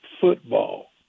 football